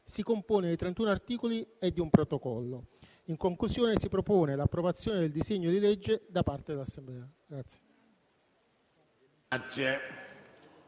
si compone di 31 articoli e di un protocollo. In conclusione si propone l'approvazione del disegno di legge da parte dell'Assemblea.